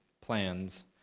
plans